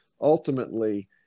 ultimately